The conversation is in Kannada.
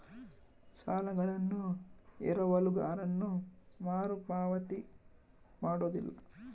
ಸಾಲಗಳನ್ನು ಎರವಲುಗಾರನು ಮರುಪಾವತಿ ಮಾಡೋದಿಲ್ಲ